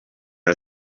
are